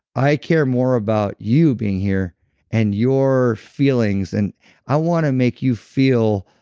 i care more about you being here and your feelings and i want to make you feel